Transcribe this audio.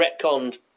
retconned